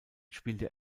spielte